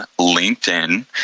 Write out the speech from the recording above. LinkedIn